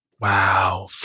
Wow